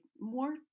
more